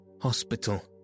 hospital